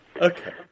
Okay